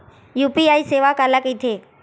UPI सेवा काला कइथे?